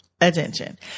attention